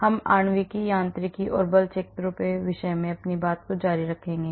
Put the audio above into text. हम आणविक यांत्रिकी और बल क्षेत्रों के विषय पर जारी रहेंगे